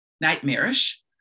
nightmarish